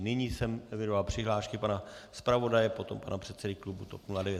Nyní jsem evidoval přihlášky pana zpravodaje, potom pana předsedy klubu TOP 09.